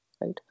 right